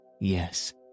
Yes